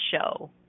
show